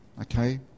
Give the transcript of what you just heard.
Okay